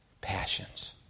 passions